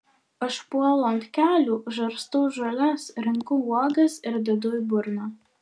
aš puolu ant kelių žarstau žoles renku uogas ir dedu į burną